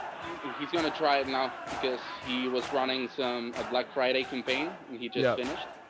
he's going to try it now because he was running some, a black friday campaign and he just finished.